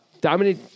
Dominic